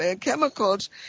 chemicals